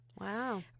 Wow